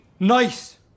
Nice